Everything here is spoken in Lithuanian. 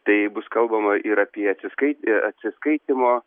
tai bus kalbama ir apie atsiskai atsiskaitymo